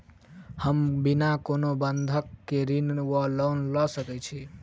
हम बिना कोनो बंधक केँ ऋण वा लोन लऽ सकै छी?